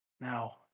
now